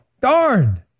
Darn